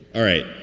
all right.